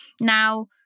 Now